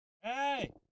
Hey